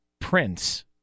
Prince